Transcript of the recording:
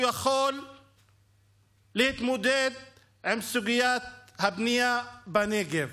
הוא יכול להתמודד עם סוגיית הבנייה בנגב.